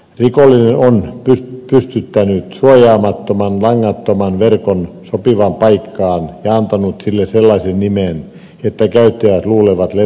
rikollinen on pystyttänyt suojaamattoman langattoman verkon sopivaan paikkaan ja antanut sille sellaisen nimen että käyttäjät luulevat sitä lentokentän wlan verkoksi